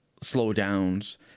slowdowns